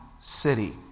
city